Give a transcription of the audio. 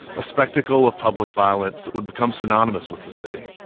a spectacle of public violence that would become synonymous with the city.